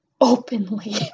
openly